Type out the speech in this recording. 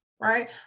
right